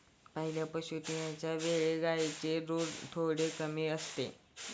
पहिल्या प्रसूतिच्या वेळी गायींचे दूध थोडे कमी असते